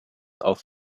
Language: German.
auf